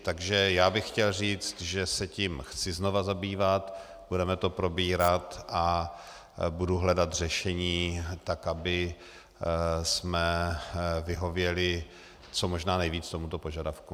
Takže bych chtěl říct, že se tím chci znova zabývat, budeme to probírat a budu hledat řešení tak, abychom vyhověli co možná nejvíc tomuto požadavku.